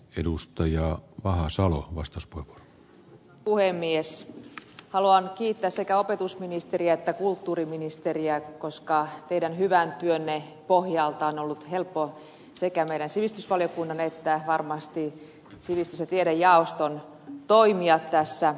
edustaja ahosola vastus pu puhemies haluan kiittää sekä opetusministeriä että kulttuuriministeriä koska teidän hyvän työnne pohjalta on ollut helppo sekä meidän sivistysvaliokunnan että varmasti sivistys ja tiedejaoston toimia tässä